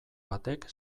batek